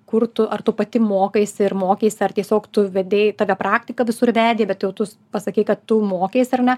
kur tu ar tu pati mokaisi ar mokeisi ar tiesiog tu vedei tokia praktika visur vedė bet jau tu pasakei kad tu mokeisi ar ne